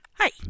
Hi